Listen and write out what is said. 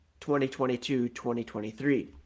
2022-2023